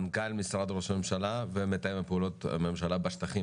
מנכ"ל משרד ראש הממשלה ומתאם פעולות הממשלה בשטחים,